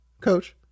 coach